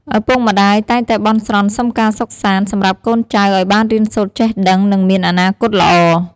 ឪពុកម្ដាយតែងតែបន់ស្រន់សុំការសុខសាន្ត សម្រាប់កូនចៅឱ្យបានរៀនសូត្រចេះដឹង និងមានអនាគតល្អ។